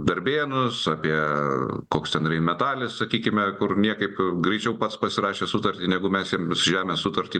darbėnus apie koks ten reinmetalis sakykime kur niekaip greičiau pats pasirašė sutartį negu mes jam žemės sutartį